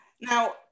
now